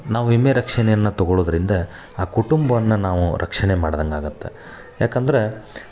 ನಾವು ವಿಮೆ ರಕ್ಷಣೆಯನ್ನು ತಗೊಳೊದರಿಂದ ಆ ಕುಟುಂಬವನ್ನ ನಾವು ರಕ್ಷಣೆ ಮಾಡ್ದಂಗೆ ಆಗುತ್ತೆ ಯಾಕಂದ್ರೆ